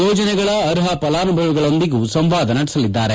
ಯೋಜನೆಗಳ ಆರ್ಪ ಫಲಾನುಭವಿಗಳೊಂದಿಗೂ ಸಂವಾದ ನಡೆಸಲಿದ್ದಾರೆ